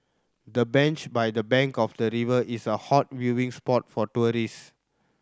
the bench by the bank of the river is a hot viewing spot for tourist